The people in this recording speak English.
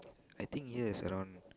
I think yes around